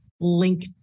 link